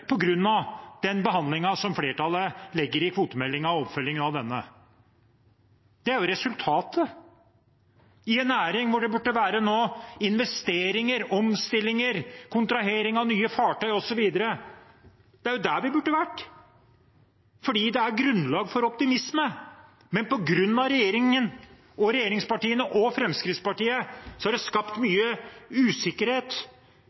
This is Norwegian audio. den behandlingen som flertallet legger i kvotemeldingen, og i oppfølgingen av denne. Det er resultatet i en næring hvor det nå burde være investeringer, omstillinger, kontrahering av nye fartøy, osv. Det er der vi burde vært, for det er grunnlag for optimisme. Men på grunn av regjeringen, regjeringspartiene og Fremskrittspartiet er det skapt